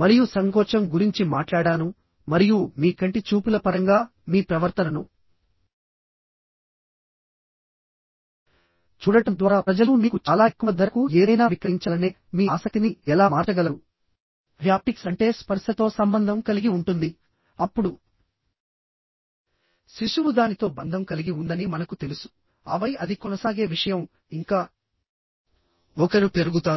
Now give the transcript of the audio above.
మరియు సంకోచం గురించి మాట్లాడాను మరియు మీ కంటి చూపుల పరంగా మీ ప్రవర్తనను చూడటం ద్వారా ప్రజలు మీకు చాలా ఎక్కువ ధరకు ఏదైనా విక్రయించాలనే మీ ఆసక్తిని ఎలా మార్చగలరు హ్యాప్టిక్స్ అంటే స్పర్శతో సంబంధం కలిగి ఉంటుంది అప్పుడు శిశువు దానితో బంధం కలిగి ఉందని మనకు తెలుసు ఆపై అది కొనసాగే విషయం ఇంకా ఒకరు పెరుగుతారు